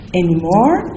anymore